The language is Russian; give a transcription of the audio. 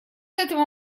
этого